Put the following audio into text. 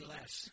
Less